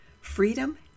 freedom